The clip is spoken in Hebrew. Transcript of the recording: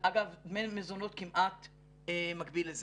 אגב, דמי מזונות כמעט מקביל לזה.